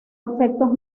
efectos